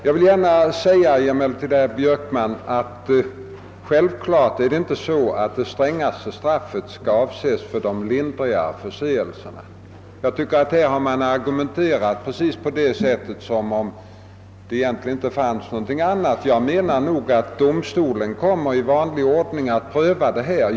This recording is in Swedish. Jag vill gärna säga till herr Björkman att det självfallet inte är så att det strängaste straffet är avsett för de lindrigaste förseelserna. Här har man argumenterat som om det egentligen inte fanns något annat att välja på. Jag menar att domstolarna i vanlig ordning kommer att pröva den frågan.